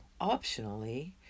Optionally